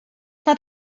nad